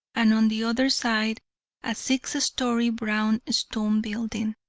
and on the other side a six-story brown stone building,